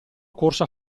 corsa